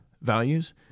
values